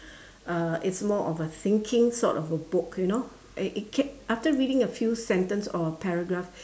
uh it's more of a thinking sort of a book you know a it kept after reading a few sentence or a paragraph